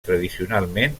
tradicionalment